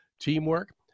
teamwork